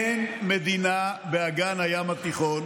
אין מדינה באגן הים התיכון,